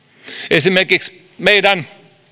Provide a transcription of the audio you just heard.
esimerkiksi meidän